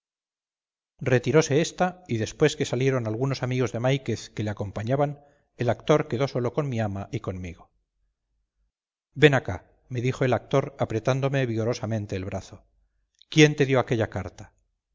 retirose ésta y después que salieron algunos amigos de máiquez que le acompañaban el actor quedó solo con mi ama y conmigo ven acá me dijo el actor apretándome vigorosamente el brazo quién te dio aquella carta